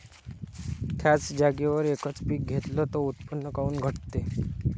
थ्याच जागेवर यकच पीक घेतलं त उत्पन्न काऊन घटते?